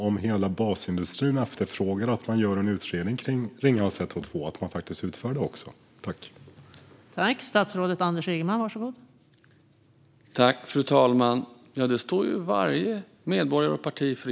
Om hela basindustrin efterfrågar att man gör en utredning om Ringhals 1 och 2 vore det väl fint om man faktiskt gjorde den utredningen?